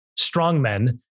strongmen